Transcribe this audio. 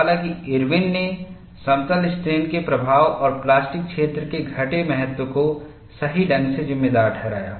हालांकि इरविनIRWIN'S ने समतल स्ट्रेन के प्रभाव और प्लास्टिक क्षेत्र के घटे महत्व को सही ढंग से जिम्मेदार ठहराया